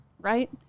right